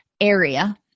area